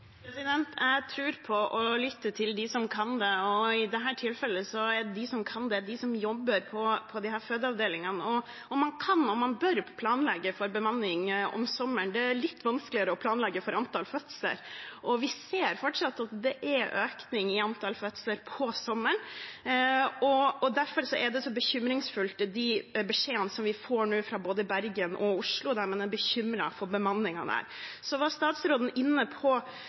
Jeg tror på å lytte til dem som kan dette. I dette tilfellet er de som kan det, de som jobber på disse fødeavdelingene. Man kan og man bør planlegge for bemanning om sommeren. Det er litt vanskeligere å planlegge for antall fødsler, og vi ser fortsatt at det er økning i antall fødsler på sommeren. Derfor er de så bekymringsfulle de beskjedene vi nå får fra både Bergen og Oslo, der man er bekymret for bemanningen der. Statsråden var inne på